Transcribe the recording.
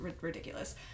ridiculous